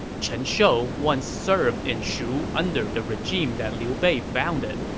chen shou once served in shu under the regime that liu bei founded,